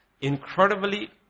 incredibly